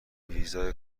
ویزای